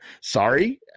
Sorry